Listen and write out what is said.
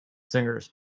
singers